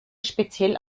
speziell